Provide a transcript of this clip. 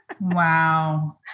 Wow